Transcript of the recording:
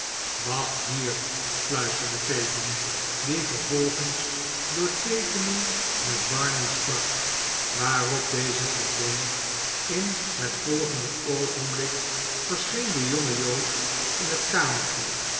wacht hier fluisterde fagin die vervolgens door teekenen met barney sprak waarop deze verdween in het volgende oogenblik verscheen de jonge jood in het kamertje